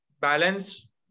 balance